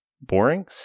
boring